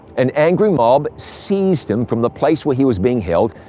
an angry mob seized him from the place where he was being held,